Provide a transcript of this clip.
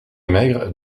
maigre